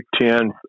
Ten